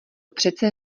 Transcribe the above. přece